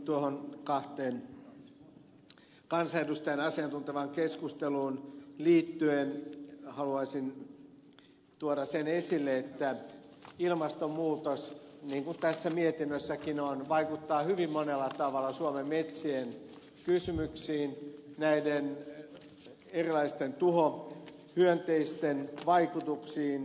tuohon kahden kansanedustajan asiantuntevaan keskusteluun liittyen haluaisin tuoda sen esille että ilmastonmuutos niin kuin tässä mietinnössäkin on vaikuttaa hyvin monella tavalla suomen metsien kysymyksiin näiden erilaisten tuhohyönteisten vaikutuksiin mihinkä ed